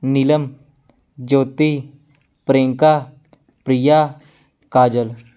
Neelam Jyoti Priyanka Priya Kajal